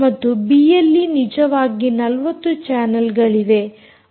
ಮತ್ತು ಬಿಎಲ್ಈಯಲ್ಲಿ ನಿಜವಾಗಿ 40 ಚಾನಲ್ಗಳಿವೆ